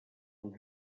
als